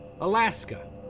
Alaska